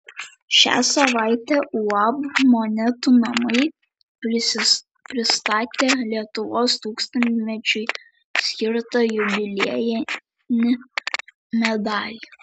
šią savaitę uab monetų namai pristatė lietuvos tūkstantmečiui skirtą jubiliejinį medalį